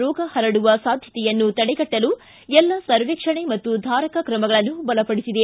ರೋಗ ಹರಡುವ ಸಾಧ್ಯತೆಯನ್ನು ತಡೆಗಟ್ಟಲು ಎಲ್ಲ ಸರ್ವೇಕ್ಷಣೆ ಮತ್ತು ಧಾರಕ ಕ್ರಮಗಳನ್ನು ಬಲಪಡಿಸಿದೆ